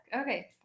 okay